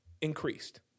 increased